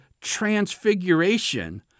transfiguration